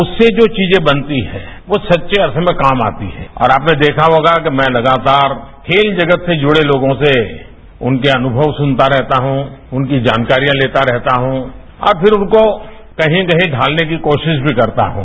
उससे जो चीजें बनती हैं वो सच्चे अर्थ में काम आती हैं और आपने देखा होगा कि मैं लगातार खेल जगत से जुड़े लोगों से उनके अनुभव सुनता रहता हूं उनकी जानकारियों लेता रहता हूं और फिर उनको कहीं कहीं ढालने की कोशिश भी करता हूं